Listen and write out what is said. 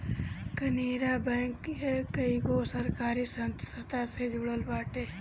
केनरा बैंक कईगो सरकारी संस्था से जुड़ल बाटे